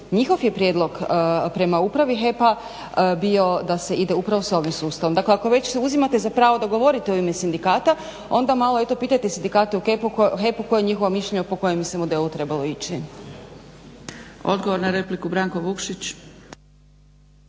Njihov je prijedlog prema Upravi HEP-a bio da se ide upravo sa ovim sustavom. Dakle, ako već si uzimate za pravo da govorite u ime sindikata onda malo eto pitajte sindikate u HEP-u koje je njihovo mišljenje po kojem bi se modelu trebalo ići. **Zgrebec, Dragica